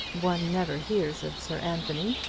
one never hears of sir anthony,